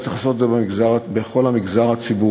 צריך לעשות את זה בכל המגזר הציבורי,